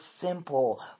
simple